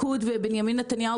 בנימין נתניהו